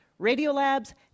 Radiolab's